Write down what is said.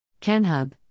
KenHub